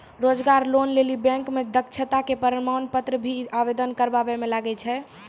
रोजगार लोन लेली बैंक मे दक्षता के प्रमाण पत्र भी आवेदन करबाबै मे लागै छै?